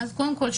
אז קודם כל,